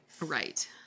Right